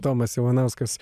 tomas ivanauskas